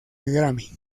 grammy